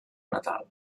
natal